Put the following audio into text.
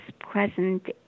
present